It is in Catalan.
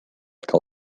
que